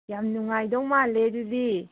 ꯌꯥꯝ ꯅꯨꯡꯉꯥꯏꯗꯧ ꯃꯥꯜꯂꯦ ꯑꯗꯨꯗꯤ